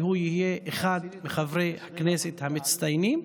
והוא יהיה אחד מחברי הכנסת המצטיינים,